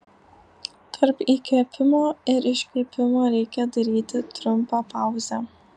tarp įkvėpimo ir iškvėpimo reikia daryti trumpą pauzę